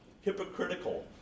hypocritical